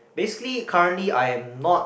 basically currently I am not